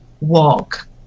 walk